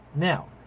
now,